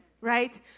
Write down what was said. Right